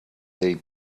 they